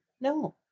No